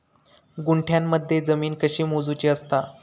गुंठयामध्ये जमीन कशी मोजूची असता?